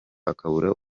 akabura